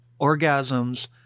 orgasms